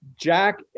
Jack